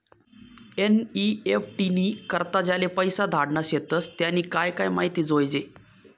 NEFT नी करता ज्याले पैसा धाडना शेतस त्यानी काय काय माहिती जोयजे